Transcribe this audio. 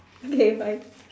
okay bye